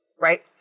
right